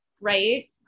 right